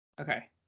Okay